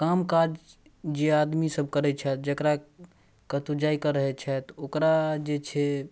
काम काज जे आदमी सब करै छथि जकरा कतौ जाइके रहै छथि ओकरा जे छै